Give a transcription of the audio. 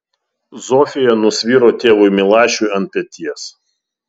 zofija nusviro tėvui milašiui ant peties